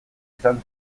izan